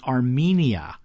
Armenia